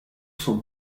son